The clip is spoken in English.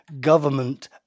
government